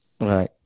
Right